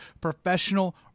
professional